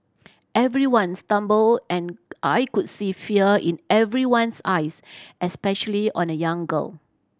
everyone stumbled and I could see fear in everyone's eyes especially on a young girl